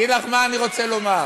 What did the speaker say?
אני אגיד לך מה אני רוצה לומר.